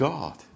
God